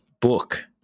book